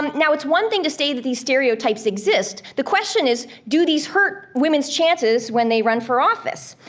um now it's one thing to say that these stereotypes exist. the question is, do these hurt women's chances when they run for office?